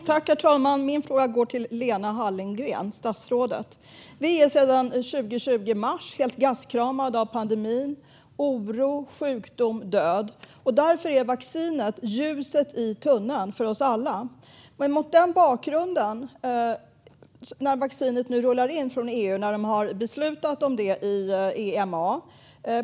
Herr talman! Min fråga går till statsrådet Lena Hallengren. Vi är sedan mars 2020 helt gastkramade av pandemin, oro, sjukdom och död. Därför är vaccinet ljuset i tunneln för oss alla. Vaccinet rullar nu in från EU. Man har beslutat om detta i EMA.